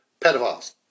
pedophiles